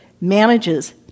manages